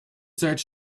search